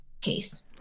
case